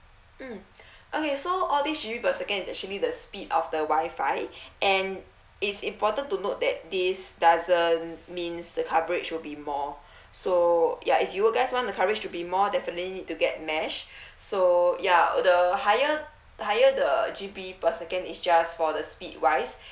mm okay so all these G_B per second is actually the speed of the WI-FI and it's important to note that this doesn't means the coverage will be more so ya if you guys want the coverage to be more definitely need to get mesh so ya the higher higher the G_B per second is just for the speed wise